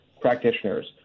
practitioners